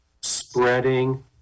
spreading